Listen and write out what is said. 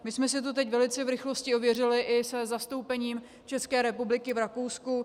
My jsme si to teď velice v rychlosti ověřili i se zastoupením České republiky v Rakousku.